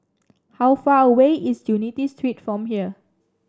how far away is Unity Street from here